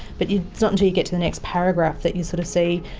but it's not until you get to the next paragraph that you sort of see